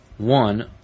One